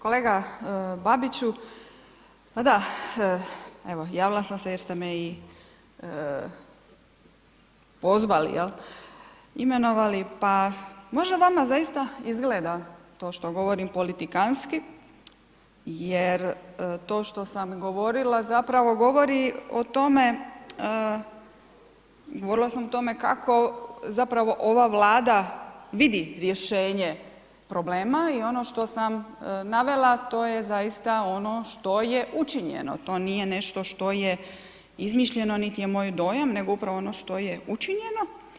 Kolega Babiću, pa da evo javila sam se jer ste me i pozvali jel imenovali, pa možda vama zaista izgleda to što govorim politikantski jer to što sam govorila zapravo govori o tome, govorila sam o tome kako zapravo ova Vlada vidi rješenje problema i ono što sam navela to je zaista ono što je učinjeno, to nije nešto što je izmišljeno niti je moj dojam nego upravo ono što je učinjeno.